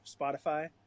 Spotify